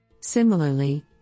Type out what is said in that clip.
Similarly